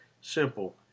simple